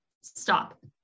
stop